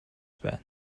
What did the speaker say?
байна